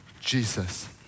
Jesus